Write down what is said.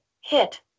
hit